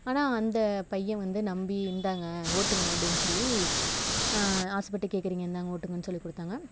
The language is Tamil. ஆனால் அந்த பையன் வந்து நம்பி இந்தாங்க ஓட்டுங்க அப்படின்னு சொல்லி ஆசைப்பட்டு கேட்குறீங்க இந்தாங்க ஓட்டுங்கன்னு சொல்லிக் கொடுத்தாங்க